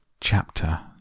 Chapter